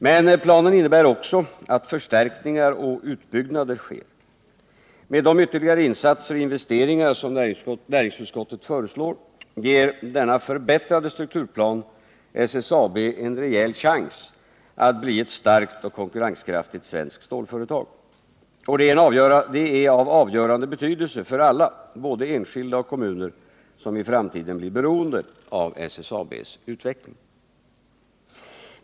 Men planen innebär också att förstärkningar och utbyggnader sker. Med de ytterligare insatser och investeringar som näringsutskottet föreslår ger denna förbättrade strukturplan SSAB en rejäl chans att bli ett starkt och konkurrenskraftigt svenskt stålföretag. Och det är av avgörande betydelse för alla, både enskilda och kommuner, som i framtiden blir beroende av SSAB:s utveckling.